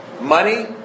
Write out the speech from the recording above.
Money